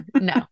no